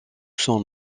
son